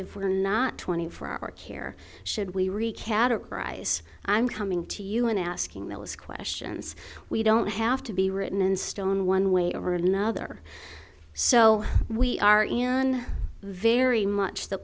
if we're going not twenty four hour care should we recategorize i'm coming to you and asking those questions we don't have to be written in stone one way or another so we are in very much the